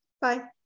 Bye